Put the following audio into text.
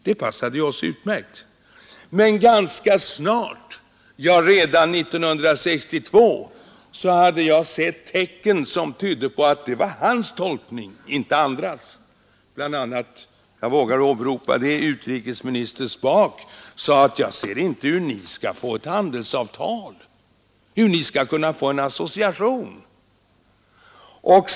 Det passade oss utmärkt, men ganska snart - ja, redan 1962 — hade jag sett tecken som tydde på att det var hans tolkning, inte andras. Jag vågar åberopa den belgiske utrikesministern Spaak, som sade att han inte kunde förstå hur Sverige skulle kunna få en associering.